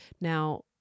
Now